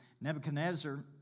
Nebuchadnezzar